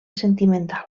sentimental